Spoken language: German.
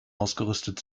ausgerüstet